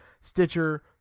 Stitcher